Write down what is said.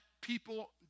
people